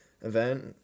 event